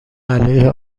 علیه